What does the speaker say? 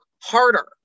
harder